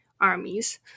armies